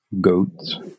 goats